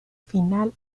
final